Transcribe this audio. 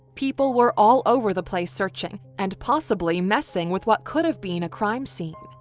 people were all over the place searching, and possibly messing with what could have been a crime scene.